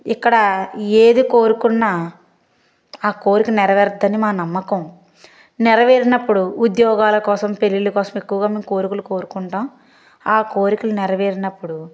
ఇక్కడ ఏది కోరుకున్నా ఆ కోరిక నెరవేరత్తి అని మా నమ్మకం నెరవేరినప్పుడు ఉద్యోగాల కోసం పెళ్ళిళ్ళ కోసం ఎక్కువగా మేం కోరుకుంటాం ఆ కోరికలు నెరవేరినప్పుడు